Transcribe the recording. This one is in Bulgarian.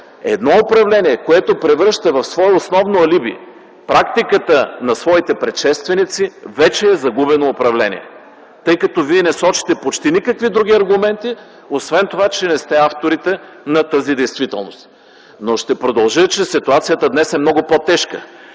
Едно управление, което превръща в свое основно алиби практиката на своите предшественици, вече е загубено управление. Тъй като вие не сочите почти никакви други аргументи, освен това, че не сте авторите на тази действителност. Но ще продължа, че ситуацията днес е много по-тежка,